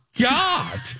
God